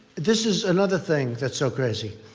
this is another thing that's so crazy.